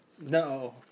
No